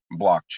blockchain